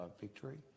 victory